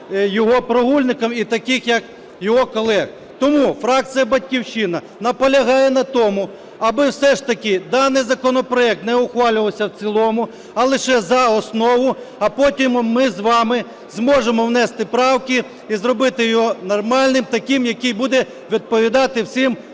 його прогульником, і таких, як його колег. Тому фракція "Батьківщина" наполягає на тому, аби все ж таки даний законопроект не ухвалювався в цілому, а лише за основу, а потім ми з вами зможемо внести правки і зробити його нормальним, таким, який буде відповідати всім моральним